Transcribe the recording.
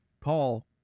Paul